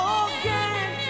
again